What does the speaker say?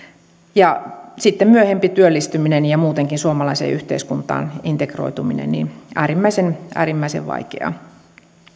sitten myöhempi työllistyminen ja muutenkin suomalaiseen yhteiskuntaan integroituminen on äärimmäisen vaikeaa